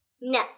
No